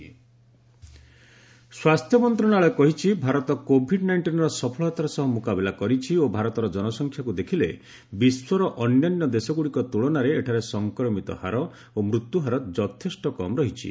India Covid nineteen ସ୍ୱାସ୍ଥ୍ୟ ମନ୍ତ୍ରଣାଳୟ କହିଛି ଭାରତ କୋଭିଡ୍ ନାଇଷ୍ଟିନ୍ର ସଫଳତାର ସହ ମୁକାବିଲା କରିଛି ଓ ଭାରତର ଜନସଂଖ୍ୟାକୁ ଦେଖିଲେ ବିଶ୍ୱର ଅନ୍ୟାନ୍ୟ ଦେଶଗୁଡ଼ିକ ତ୍କଳନାରେ ଏଠାରେ ସଫକ୍ରମିତ ହାର ଓ ମୃତ୍ୟୁହାର ଯଥେଷ୍ଟ କମ୍ ରହିଛି